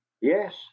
Yes